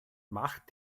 mach